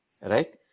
right